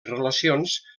relacions